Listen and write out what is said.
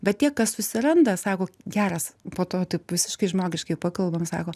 bet tie kas susiranda sako geras po to taip visiškai žmogiškai pakalbam sako